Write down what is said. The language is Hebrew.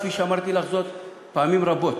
כפי שאמרתי לך זאת פעמים רבות,